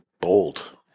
bold